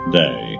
day